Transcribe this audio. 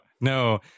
No